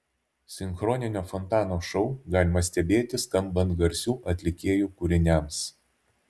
sinchroninio fontano šou galima stebėti skambant garsių atlikėjų kūriniams